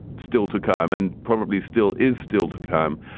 still to come and probably still is still to come.